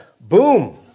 Boom